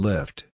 Lift